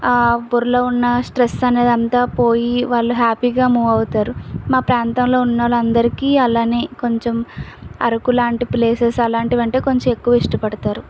బుర్రలో ఉన్న స్ట్రెస్ అనేదంతా పోయి వాళ్ళు హ్యాపీగా మూవ్ అవుతారు మా ప్రాంతంలో ఉన్నోలందరికీ అలానే కొంచెం అరకు లాంటి ప్లేసెస్ అలాంటివంటే కొంచెం ఎక్కువ ఇష్టపడతారు